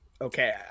Okay